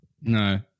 No